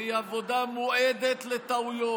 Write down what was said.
והיא עבודה מועדת לטעויות.